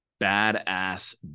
Badass